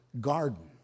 garden